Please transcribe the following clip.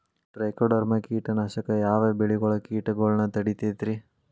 Trichoderma ಕೇಟನಾಶಕ ಯಾವ ಬೆಳಿಗೊಳ ಕೇಟಗೊಳ್ನ ತಡಿತೇತಿರಿ?